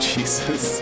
Jesus